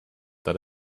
that